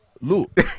Look